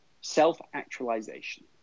self-actualization